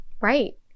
Right